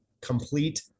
complete